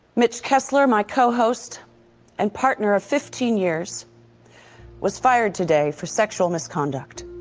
mitch kessler my co-host and partner of fifteen years was fired today for sexual misconduct